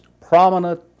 prominent